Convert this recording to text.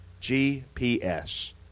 GPS